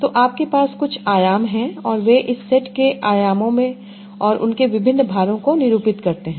तो आपके पास कुछ आयाम हैं और वे इस सेट के आयामों और उनके विभिन्न भारों को निरूपित करते हैं